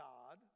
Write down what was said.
God